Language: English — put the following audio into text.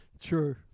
True